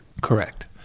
Correct